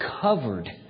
covered